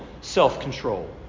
self-control